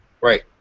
Right